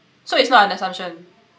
taught so it's not an assumption